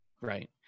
right